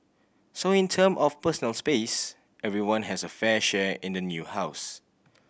so in term of personal space everyone has a fair share in the new house